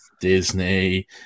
Disney